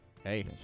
Hey